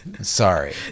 sorry